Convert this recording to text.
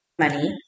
money